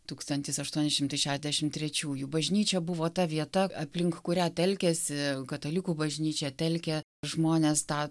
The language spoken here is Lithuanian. tūkstantis aštuoni šimtai šešiasdešimt trečiųjų bažnyčia buvo ta vieta aplink kurią telkėsi katalikų bažnyčia telkė žmones tą